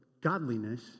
godliness